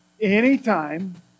anytime